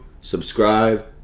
subscribe